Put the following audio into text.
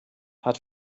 hat